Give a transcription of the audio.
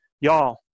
y'all